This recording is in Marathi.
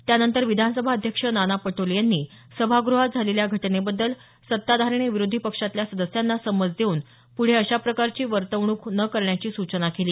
त्यानंतर विधानसभा अध्यक्ष नाना पटोले यांनी सभाग्रहात झालेल्या घटनेबद्दल सत्ताधारी आणि विरोधी पक्षातल्या सदस्यांना समज देऊन पुढे अशा प्रकारची वर्तवणूक न करण्याची सूचना केली